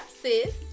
sis